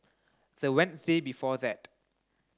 the Wednesday before that